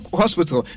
hospital